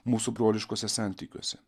mūsų broliškuose santykiuose